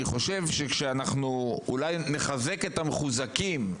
אני חושב שכשאנחנו אולי נחזק את המחוזקים,